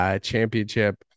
championship